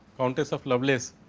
contuse of loveless,